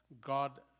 God